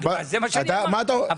זה מה שאני אמרתי,